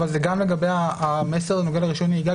זה לגבי המסר שנוגע לרישיון נהיגה,